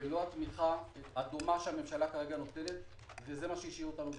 ללא התמיכה שהממשלה כרגע נותנת וזה מה שהשאיר אותנו בחיים.